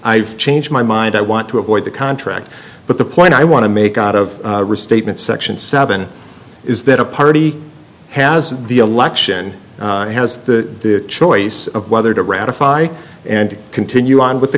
i've changed my mind i want to avoid the contract but the point i want to make out of restatement section seven is that a party has the election has the choice of whether to ratify and continue on with the